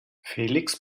felix